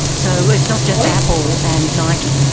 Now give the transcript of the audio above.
so it's not just apple and nike.